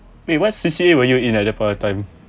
wait what C_C_A were you in at that point of time